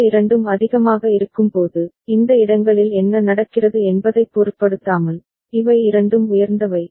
இந்த இரண்டும் அதிகமாக இருக்கும்போது இந்த இடங்களில் என்ன நடக்கிறது என்பதைப் பொருட்படுத்தாமல் இவை இரண்டும் உயர்ந்தவை